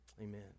Amen